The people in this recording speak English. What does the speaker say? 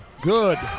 good